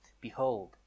Behold